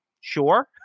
sure